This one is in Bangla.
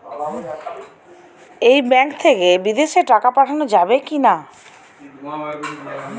এই ব্যাঙ্ক থেকে বিদেশে টাকা পাঠানো যাবে কিনা?